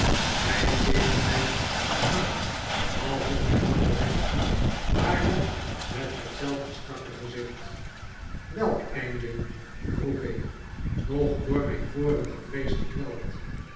hij keek mij aan alsof hij wakker werd maar nog met hetzelfde strakke gezicht welk einde vroeg ik nog door mijn vorige vrees gekweld